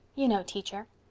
you know, teacher.